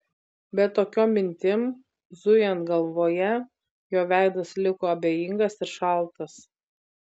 bet tokiom mintim zujant galvoje jo veidas liko abejingas ir šaltas